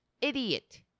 idiot